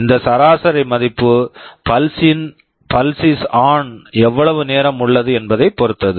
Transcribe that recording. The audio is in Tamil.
இந்த சராசரி மதிப்பு pulse is on pulse is on எவ்வளவு நேரம் உள்ளது என்பதைப் பொறுத்தது